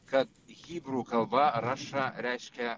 kad hybrų kalba raša reiškia